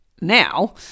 now